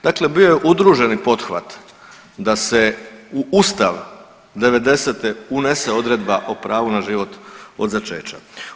Dakle, bio je udruženi pothvat da se u ustav '90.-te unese odredba o pravu na život od začeća.